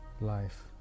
life